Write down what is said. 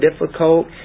difficult